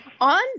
On